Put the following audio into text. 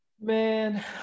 Man